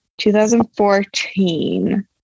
2014